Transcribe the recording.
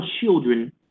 children